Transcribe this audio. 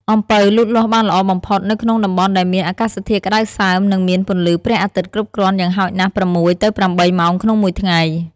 អំពៅលូតលាស់បានល្អបំផុតនៅក្នុងតំបន់ដែលមាន អាកាសធាតុក្តៅសើម និងមាន ពន្លឺព្រះអាទិត្យគ្រប់គ្រាន់ យ៉ាងហោចណាស់ ៦ ទៅ ៨ ម៉ោងក្នុងមួយថ្ងៃ។